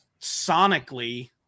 sonically